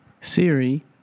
Siri